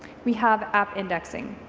we have app indexing.